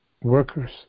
workers